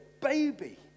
baby